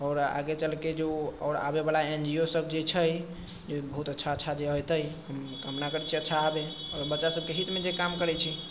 आओर आगे चलके जो आओर आबे बला एन जी ओ सब जे छै जे बहुत अच्छा अच्छा जे एतै हम कामना करैत छियै अच्छा आबै आओर बच्चा सबके हितमे जे काम करैत छी